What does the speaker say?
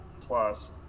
plus